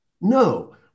No